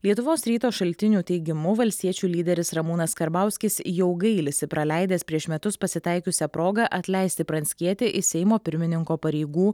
lietuvos ryto šaltinių teigimu valstiečių lyderis ramūnas karbauskis jau gailisi praleidęs prieš metus pasitaikiusią progą atleisti pranckietį iš seimo pirmininko pareigų